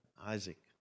Isaac